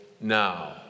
now